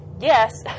Yes